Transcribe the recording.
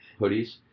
hoodies